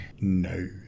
No